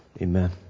Amen